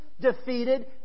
defeated